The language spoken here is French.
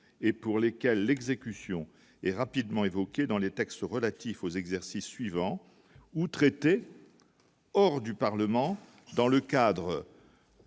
et pour lesquels l'exécution et rapidement évoqué dans les textes relatifs aux exercices suivants ou hors du Parlement dans le cadre